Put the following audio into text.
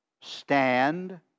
stand